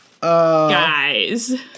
Guys